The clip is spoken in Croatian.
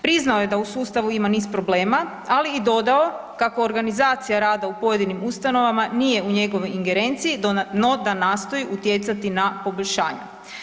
Priznao je da u sustavu ima niz problema, ali i dodao kako organizacija rada u pojedinim ustanovama nije u njegovoj ingerenciji no da nastoji utjecati na poboljšanje.